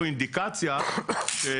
עכשיו אני חורג מפסק הדין ומדבר על הצעת החוק.